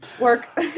Work